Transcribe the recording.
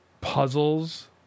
puzzles